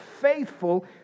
faithful